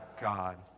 God